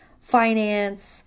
finance